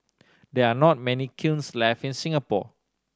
there are not many kilns left in Singapore